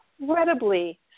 incredibly